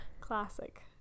classic